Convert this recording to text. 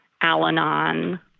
Al-Anon